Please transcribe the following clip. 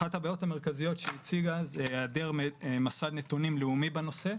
אחת הבעיות המרכזיות שהיא הציגה היא היעדר מסד נתונים לאומי בנושא,